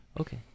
Okay